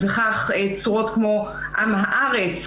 וכך גם צורות כמו "עם הארץ".